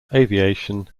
aviation